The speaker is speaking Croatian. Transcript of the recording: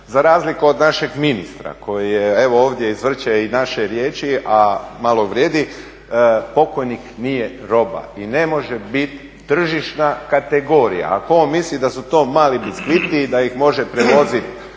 za razliku od našeg ministra koji evo ovdje izvrće i naše riječi, a malo vrijedi. Pokojnik nije roba i ne može biti tržišna kategorija. Ako on misli da su to mali biskviti i da ih može prevozit